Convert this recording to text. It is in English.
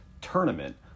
tournament